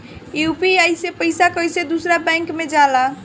UPI से पैसा कैसे दूसरा बैंक मे जाला?